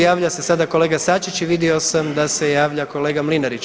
Javlja se sada kolega Sačić i vidio sam da se javlja kolega Mlinarić.